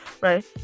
right